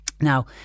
Now